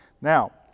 Now